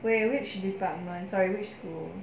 wait which department sorry which school